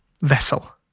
vessel